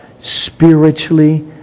spiritually